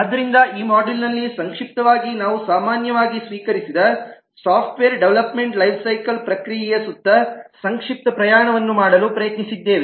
ಆದ್ದರಿಂದ ಈ ಮಾಡ್ಯೂಲ್ನಲ್ಲಿ ಸಂಕ್ಷಿಪ್ತವಾಗಿ ನಾವು ಸಾಮಾನ್ಯವಾಗಿ ಸ್ವೀಕರಿಸಿದ ಸಾಫ್ಟ್ವೇರ್ ಡೆವಲಪ್ಮೆಂಟ್ ಲೈಫ್ಸೈಕಲ್ ಪ್ರಕ್ರಿಯೆಯ ಸುತ್ತ ಸಂಕ್ಷಿಪ್ತ ಪ್ರಯಾಣವನ್ನು ಮಾಡಲು ಪ್ರಯತ್ನಿಸಿದ್ದೇವೆ